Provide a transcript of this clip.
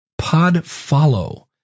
PodFollow